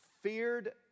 feared